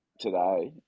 Today